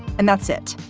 and that's it.